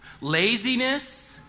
laziness